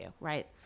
right